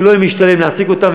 שלא יהיה משתלם להעסיק אותם,